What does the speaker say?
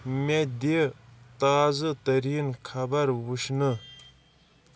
مےٚ دِ تازٕ تٔریٖن خبر وُچھنہٕ